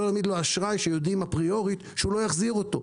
להעמיד לו אשראי שיודעים אפריורית שהוא לא יחזיר אותו.